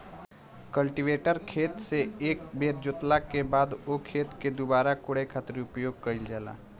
cultivator खेत से एक बेर जोतला के बाद ओ खेत के दुबारा कोड़े खातिर उपयोग कईल जाला